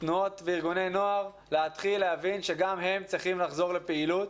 תנועות וארגוני נוער להתחיל להבין שגם הם צריכים לחזור לפעילות